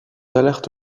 alertes